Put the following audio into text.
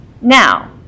Now